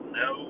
no